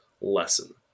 lesson